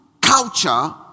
culture